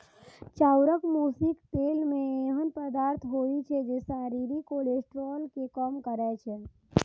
चाउरक भूसीक तेल मे एहन पदार्थ होइ छै, जे शरीरक कोलेस्ट्रॉल कें कम करै छै